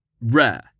Rare